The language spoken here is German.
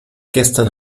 gestern